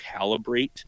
calibrate